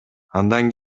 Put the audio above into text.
андан